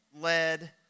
led